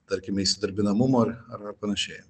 tarkime įsidarbinamumo ar pan